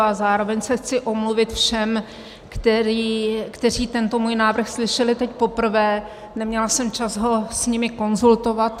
A zároveň se chci omluvit všem, kteří tento můj návrh slyšeli teď poprvé, neměla jsem čas ho s nimi konzultovat.